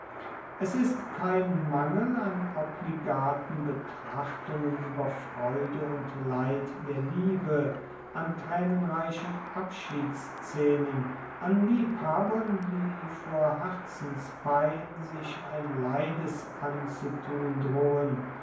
es ist kein mangel an obligaten betrachtungen ueber freude und leid der liebe an traenenreichen abschiedsszenen an liebhabern die vor herzenspein sich ein leides anzutun drohen